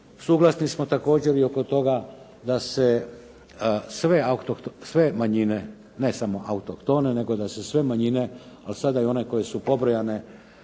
Suglasni smo također i oko toga da se sve manjine, ne samo autohtone nego da se sve manjine ali sada i one koje su pobrojane,